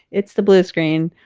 it's the blue screen,